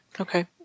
Okay